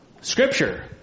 Scripture